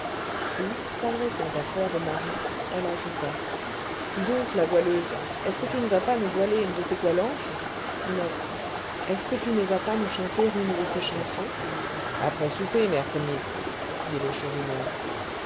puis s'adressant à fleur de marie elle ajouta dis donc la goualeuse est-ce que tu ne vas pas nous goualer une de tes goualantes après souper mère ponisse dit